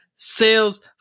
Sales